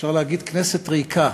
אפשר להגיד: כנסת ריקה.